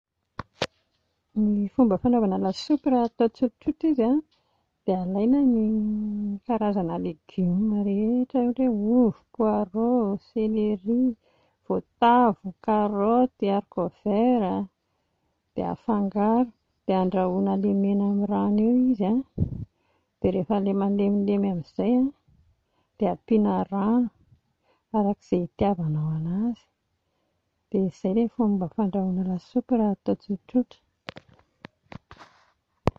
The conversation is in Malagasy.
Ny fomba fanaovana lasopy raha hatao tsotsotra izy dia alaina ny karazana legioma rehetra ohatra hoe ovy, poirreau, célérie, voatavo, karaoty, haricot vert dia afangaro dia andrahoina lemena amin'ny rano eo izy a, dia rehefa ilay malemilemy amin'izay a dia ampiana rano araka izay hitiavanao an'azy. Dia izay ilay fomba fandrahoana lasopy raha hatao tsotsotra